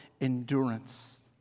endurance